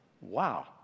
Wow